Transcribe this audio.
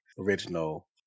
original